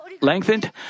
lengthened